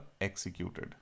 executed